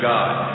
God